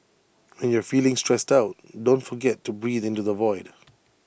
when you are feeling stressed out don't forget to breathe into the void